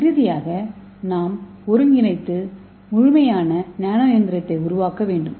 இறுதியாக நாம் ஒருங்கிணைத்து முழுமையான நானோ இயந்திரத்தை உருவாக்க வேண்டும்